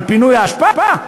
על פינוי האשפה?